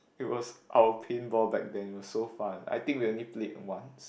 it was our paintball back then it was so fun I think we only played once